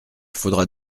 faudra